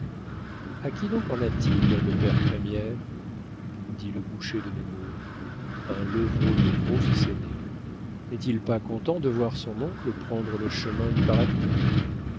a qui donc en a-t-il le père crémière dit le boucher de nemours un levrault levrault fils aîné n'est-il pas content de voir son oncle prendre le chemin du paradis